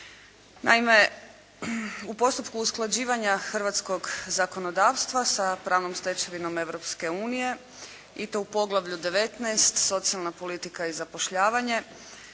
Naime, u postupku usklađivanja hrvatskog zakonodavstva sa pravnom stečevinom Europske unije i to u poglavlju 19. socijalna politika i zapošljavanje